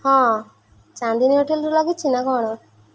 ହଁ ଚାନ୍ଦିନୀ ହୋଟେଲରୁ ଲାଗିଛି ନା କ'ଣ